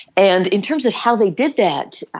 and in terms of how they did that,